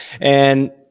And-